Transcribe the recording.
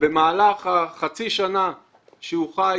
ובמהלך חצי שנת חיים